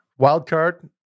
Wildcard